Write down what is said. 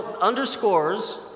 underscores